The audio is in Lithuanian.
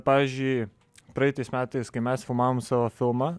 pavyzdžiui praeitais metais kai mes filmavom savo filmą